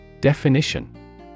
Definition